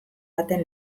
baten